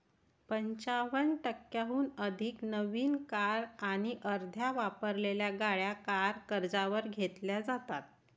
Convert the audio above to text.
पंचावन्न टक्क्यांहून अधिक नवीन कार आणि अर्ध्या वापरलेल्या गाड्या कार कर्जावर घेतल्या जातात